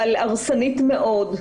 אבל היא הרסנית מאוד.